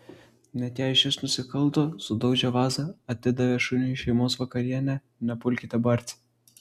net jei šis nusikalto sudaužė vazą atidavė šuniui šeimos vakarienę nepulkite barti